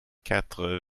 quatre